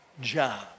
job